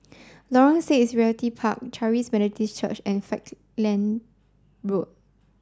Lorong six Realty Park Charis Methodist Church and Falkland Road